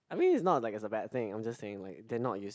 I mean is not like it's a bad thing I'm just saying like they're not use